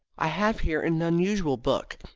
i have here an unusual book.